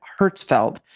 Hertzfeld